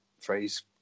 phrase